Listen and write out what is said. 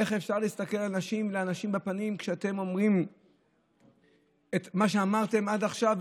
איך אפשר להסתכל לאנשים בפנים כשאתם עושים את מה שאמרתם עד עכשיו,